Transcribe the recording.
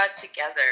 together